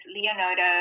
Leonardo